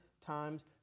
times